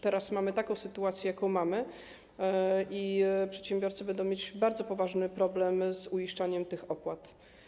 Teraz mamy taką sytuację, jaką mamy, i przedsiębiorcy będą mieć bardzo poważny problem z uiszczaniem tych opłat.